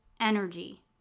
energy